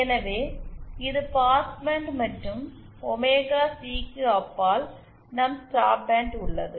எனவே இது பாஸ்பேண்ட் மற்றும் ஒமேகா சி க்கு அப்பால் நம் ஸ்டாப் பேண்ட் உள்ளது